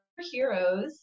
heroes